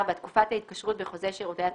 (4)תקופת ההתקשרות בחוזה שירותי התשלום,